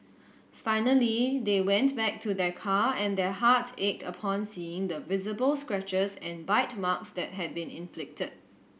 finally they went back to their car and their hearts ached upon seeing the visible scratches and bite marks that had been inflicted